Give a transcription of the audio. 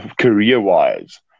career-wise